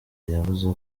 yavuze